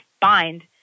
bind